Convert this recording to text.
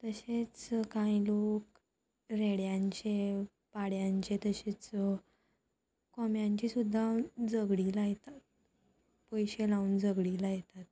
तशेंच कांय लोक रेड्यांचे पाड्यांचे तशेंच कोंब्यांची सुद्दां झगडी लायतात पयशे लावन झगडी लायतात